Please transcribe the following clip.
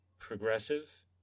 progressive